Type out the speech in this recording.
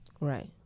Right